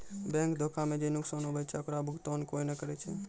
bank धोखा मे जे नुकसान हुवै छै ओकरो भुकतान कोय नै करै छै